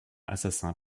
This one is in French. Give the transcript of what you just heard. assassin